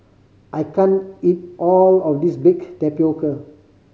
I can't eat all of this baked tapioca